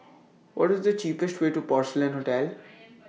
What IS The cheapest Way to Porcelain Hotel